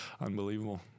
unbelievable